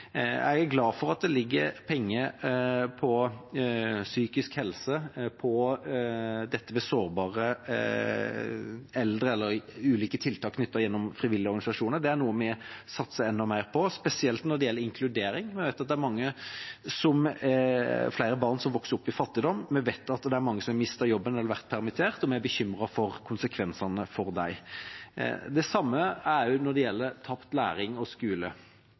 Jeg er glad for at det foreligger penger til psykisk helse, til sårbare eldre og ulike tiltak knyttet til frivillige organisasjoner. Det er noe vi satser enda mer på, spesielt når det gjelder inkludering. Vi vet at det er flere barn som vokser opp i fattigdom. Vi vet at det er mange som har mistet jobben eller vært permittert, og vi er bekymret for konsekvensene for dem. Det samme gjelder for tapt læring og skolegang, og jeg synes representanten Rotevatn sa det